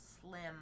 Slim